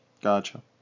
Gotcha